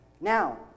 Now